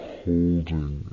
holding